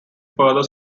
further